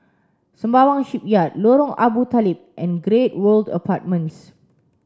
Sembawang Shipyard Lorong Abu Talib and Great World Apartments